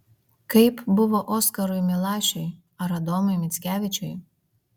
kaip buvo oskarui milašiui ar adomui mickevičiui